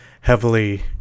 heavily